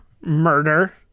Murder